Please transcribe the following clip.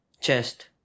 Chest